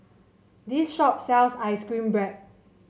this shop sells ice cream bread